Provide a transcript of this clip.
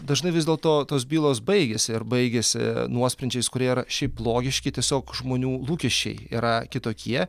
dažnai vis dėl to tos bylos baigiasi ir baigiasi nuosprendžiais kurie šiaip logiški tiesiog žmonių lūkesčiai yra kitokie